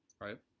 Right